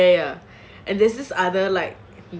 ah ya ya ya and there's this other like